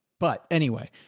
but anyway,